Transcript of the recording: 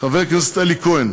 חבר הכנסת אלי כהן.